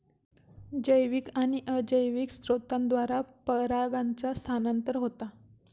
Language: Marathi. जैविक आणि अजैविक स्त्रोतांद्वारा परागांचा स्थानांतरण होता